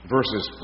Verses